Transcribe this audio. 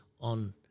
on